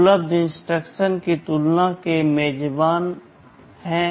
उपलब्ध इंस्ट्रक्शन की तुलना के एक मेजबान हैं